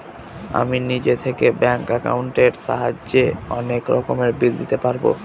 আমি নিজে থেকে ব্যাঙ্ক একাউন্টের সাহায্যে অনেক রকমের বিল দিতে পারবো